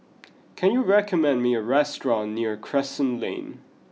can you recommend me a restaurant near Crescent Lane